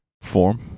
form